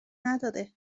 نداره